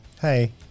Hey